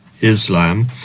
Islam